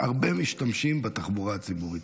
משתמשים בתחבורה הציבורית.